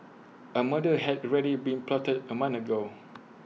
A murder had ready been plotted A month ago